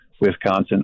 Wisconsin